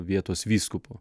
vietos vyskupo